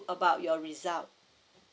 about your result